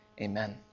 amen